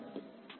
ફરી થી કહો